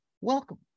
welcome